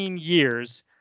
years